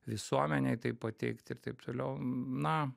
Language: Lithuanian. visuomenėj taip pateikti ir taip toliau na